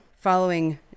following